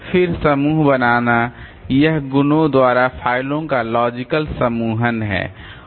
फिर समूह बनाना यह गुणों द्वारा फाइलों का लॉजिकल समूहन है